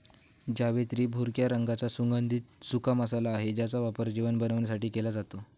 जावेत्री भुरक्या रंगाचा सुगंधित सुका मसाला आहे ज्याचा वापर जेवण बनवण्यासाठी केला जातो